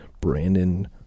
Brandon